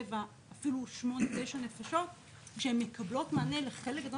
5-7 אפילו 8-9 נפשות כשהן מקבלות מענה לחלק גדול